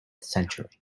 century